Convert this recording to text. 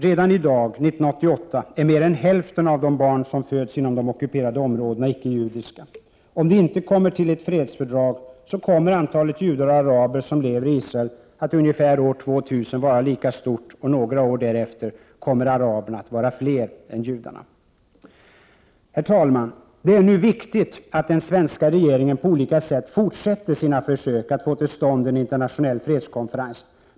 Redan i dag, 1988, är mer än hälften av de barn som föds i de ockuperade områdena icke-judiska. Om det inte blir ett fredsfördrag, kommer antalet judar som lever i Israel att ungefär år 2000 vara lika stort som antalet araber. Några år därefter kommer araberna att vara fler än judarna. Herr talman! Det är nu viktigt att den svenska regeringen på olika sätt fortsätter sina försök att få till stånd en internationell fredskonferens.